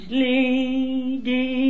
lady